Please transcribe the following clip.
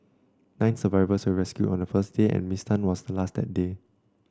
nine survivors were rescued on the first day and Miss Tan was the last that day